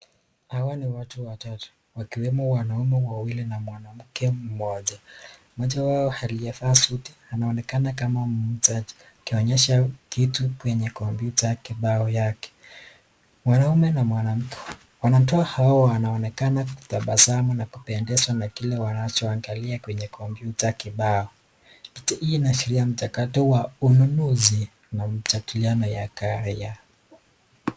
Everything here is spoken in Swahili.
Hawa ni watu watatu, wakijumuisha wanaume wawili na mwanamke mmoja. Mmoja wao aliyevaa suti anaonekana kama muzaji, akionyesha kitu kwenye kompyuta kibao yake. Mwanaume na mwanamke, watu hao, wanaonekana kutabasamu na kupendezwa na kile wanachokiangalia kwenye kompyuta kibao. Picha hii inaashiria mchakato wa ununuzi na mjadiliano ya gari.